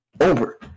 Over